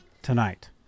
tonight